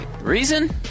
reason